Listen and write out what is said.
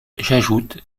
j’ajoute